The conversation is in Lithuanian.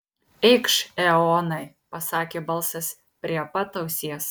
eikš eonai pasakė balsas prie pat ausies